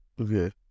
Okay